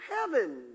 Heaven